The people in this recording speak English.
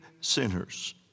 sinners